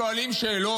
שואלים שאלות,